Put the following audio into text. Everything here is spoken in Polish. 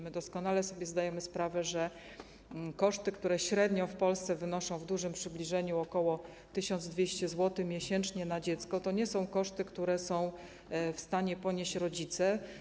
My doskonale sobie zdajemy sprawę, że koszty, które średnio w Polsce wynoszą w dużym przybliżeniu ok. 1200 zł miesięcznie na dziecko, to nie są koszty, które są w stanie ponieść rodzice.